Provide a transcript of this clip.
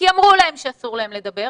כי אמרו להם שאסור להם לדבר,